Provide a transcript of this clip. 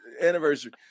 anniversary